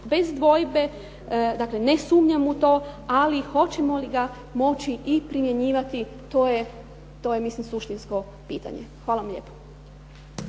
bez dvojbe. Dakle, ne sumnjam u to, ali hoćemo li ga moći i primjenjivati to je mislim suštinsko pitanje. Hvala vam lijepo.